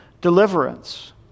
deliverance